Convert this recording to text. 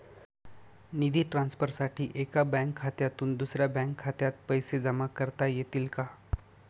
निधी ट्रान्सफरसाठी एका बँक खात्यातून दुसऱ्या बँक खात्यात पैसे जमा करता येतील का?